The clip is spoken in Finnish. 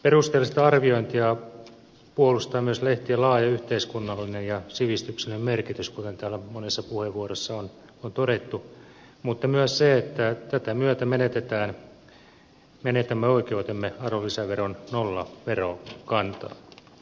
perusteellista arviointia puolustaa myös lehtien laaja yhteiskunnallinen ja sivistyksellinen merkitys kuten täällä monessa puheenvuorossa on todettu mutta myös se että tätä myötä menetämme oikeutemme arvonlisäveron nollaverokantaan